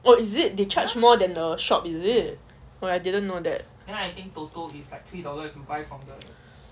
is it they charge more than the shop is it I didn't know that